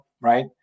right